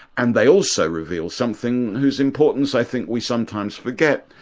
and they also reveal something whose importance i think we sometimes forget,